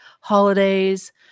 holidays